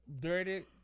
dirty